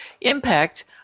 impact